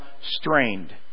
strained